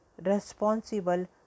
responsible